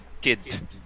kid